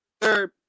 Third